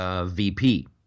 VP